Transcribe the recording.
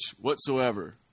whatsoever